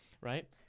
right